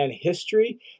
history